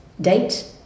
date